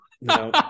no